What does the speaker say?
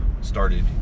started